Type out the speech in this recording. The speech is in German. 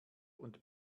und